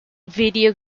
video